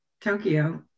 Tokyo